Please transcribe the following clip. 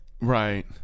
right